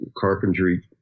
carpentry